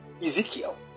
Ezekiel